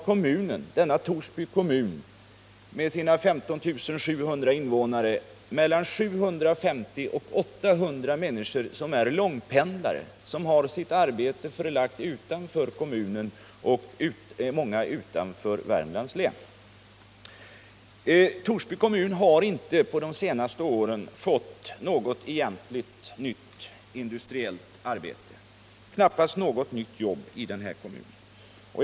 Dessutom har Torsby kommun med sina 15 700 invånare mellan 750 och 800 människor som är långpendlare, dvs. har sitt arbete förlagt utanför kommunen, många t.o.m. utanför Värmlands län. Torsby kommun har inte på de senaste åren fått något nytt industriellt arbete, knappast något nytt jobb över huvud taget.